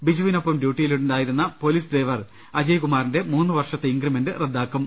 ബിജുവിനൊപ്പം ഡ്യൂട്ടിയിലുണ്ടായിരുന്ന police driver അജയ്കുമാ റിന്റെ മൂന്ന് വർഷത്തെ ഇൻഗ്രിമെന്റ് റദ്ദാക്കും